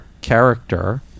character